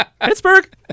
Pittsburgh